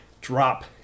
drop